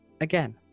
Again